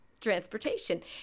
transportation